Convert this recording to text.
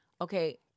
okay